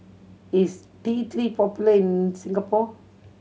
is T Three popular in Singapore